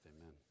amen